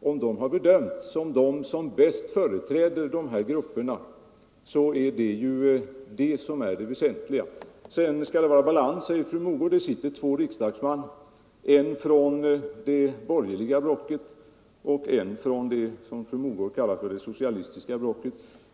Om de har bedömts som de som bäst företräder de aktuella grupperna är detta det väsentliga. Sedan säger fru Mogård att det skall vara balans. Det sitter två riksdagsmän i rådets styrelse — en från det borgerliga blocket och en från det som fru Mogård kallär det socialistiska blocket.